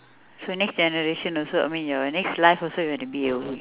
so next generation also I mean your next life also you want to be a woman